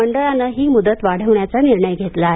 मंडळानं ही मुदत वाढविण्याचा निर्णय घेतला आहे